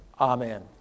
amen